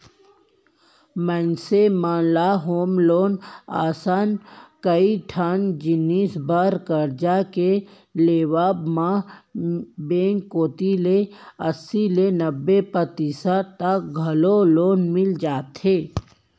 मनसे मन ल होम लोन असन कइ ठन जिनिस बर करजा के लेवब म बेंक कोती ले अस्सी ले नब्बे परतिसत तक घलौ लोन मिल जाथे